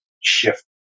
shift